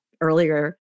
earlier